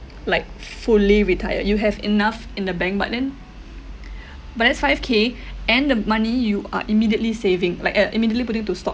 like fully retired you have enough in the bank but then but that's five K and the money you are immediately saving like uh immediately putting to stock